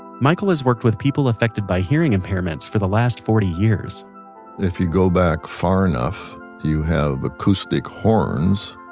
michael has worked with people affected by hearing impairments for the last forty years if you go back far enough, you have acoustic horns,